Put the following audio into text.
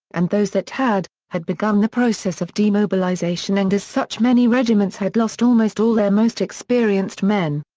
and those that had, had begun the process of demobilisation and as such many regiments had lost almost all their most experienced men.